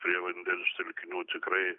prie vandens telkinių tikrai